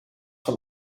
van